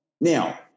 Now